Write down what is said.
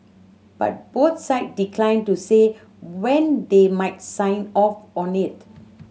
but both side declined to say when they might sign off on it